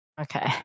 Okay